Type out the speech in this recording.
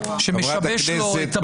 שמשבש לו את הבליץ.